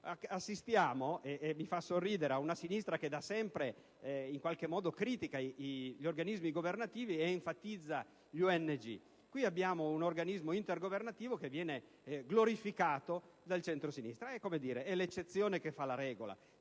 Assistiamo - e mi fa sorridere - ad una sinistra che da sempre in qualche modo critica gli organismi governativi ed enfatizza le ONG. Qui abbiamo un organismo intergovernativo che viene glorificato dal centrosinistra; è l'eccezione che fa la regola.